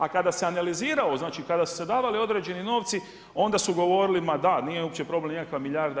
A kada se analiziralo, znači kada su se davali određeni novci onda su govorili ma da, nije uopće problem nikakva milijarda.